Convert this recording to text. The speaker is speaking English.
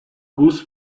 goose